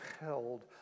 held